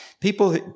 people